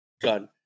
gun